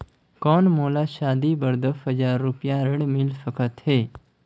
कौन मोला शादी बर दस हजार रुपिया ऋण मिल सकत है?